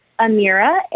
amira